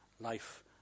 life